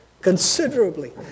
considerably